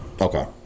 Okay